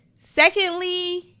Secondly